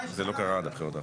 זה לא קרה עד הבחירות האחרונות.